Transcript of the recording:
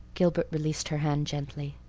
gilbert released her hand gently.